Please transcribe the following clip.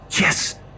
Yes